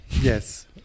Yes